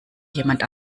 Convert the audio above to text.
jemand